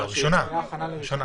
הקריאה הראשונה.